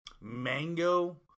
mango